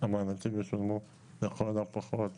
שהמענקים ישולמו לכל הפחות